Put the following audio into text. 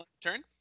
turn